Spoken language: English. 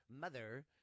mother